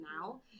now